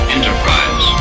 Enterprise